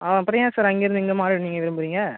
ஆ அப்புறம் ஏன் சார் அங்கேருந்து இங்கே மாற நீங்கள் விரும்புகிறீங்க